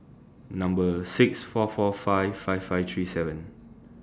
Number six four four five five five three seven